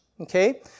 Okay